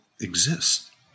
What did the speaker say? exist